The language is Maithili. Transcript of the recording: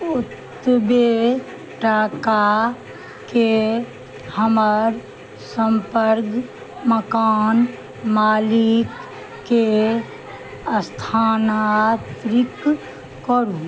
उठ तऽ बे टाकाके हमर सम्पर्क मकान मालिकके स्थानाधिक करू